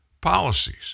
policies